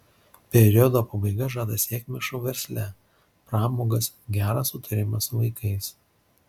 periodo pabaiga žada sėkmę šou versle pramogas gerą sutarimą su vaikais